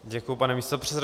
Děkuji, pane místopředsedo.